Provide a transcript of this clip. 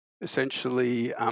essentially